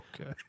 Okay